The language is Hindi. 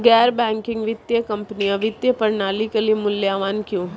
गैर बैंकिंग वित्तीय कंपनियाँ वित्तीय प्रणाली के लिए मूल्यवान क्यों हैं?